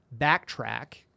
backtrack